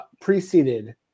preceded